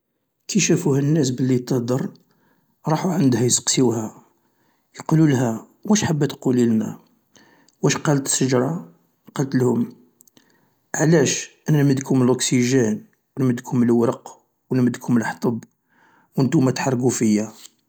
كي شافوها الناس بلي تهدر راحو عندها يسقسيوها، يقولولها واش حابة تقوليلنا، واش قال الشجرة قالت لهم علاش انا نمد لكم لوكييجين، نمدكم الورق و نمدكم لحطب وانتوما تحرقو فيا.